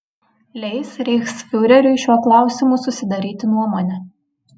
leis reichsfiureriui šiuo klausimu susidaryti nuomonę